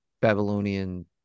babylonian